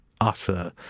utter